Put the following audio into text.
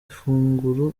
ifunguro